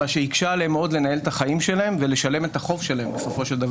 מה שהיקשה עליהם מאוד לנהל את החיים שלהם ולשלם את החוב שלהם כסדרו.